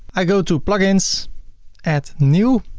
i go to plugins add new